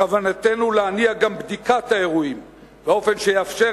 בכוונתנו להניע גם בדיקת האירועים באופן שיאפשר